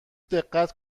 دقت